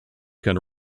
can